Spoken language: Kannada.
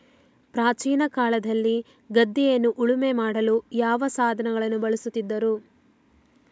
ಪ್ರಾಚೀನ ಕಾಲದಲ್ಲಿ ಗದ್ದೆಯನ್ನು ಉಳುಮೆ ಮಾಡಲು ಯಾವ ಸಾಧನಗಳನ್ನು ಬಳಸುತ್ತಿದ್ದರು?